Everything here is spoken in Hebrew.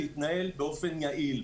להתנהלות יעילה של גוף כזה.